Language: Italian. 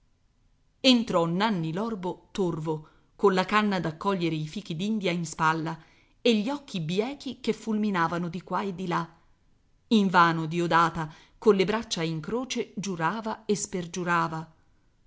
entrò nanni l'orbo torvo colla canna da cogliere i fichi d'india in spalla e gli occhi biechi che fulminavano di qua e di là invano diodata colle braccia in croce giurava e spergiurava